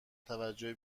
توجه